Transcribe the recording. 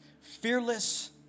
Fearless